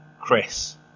Chris